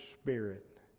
spirit